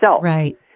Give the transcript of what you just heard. Right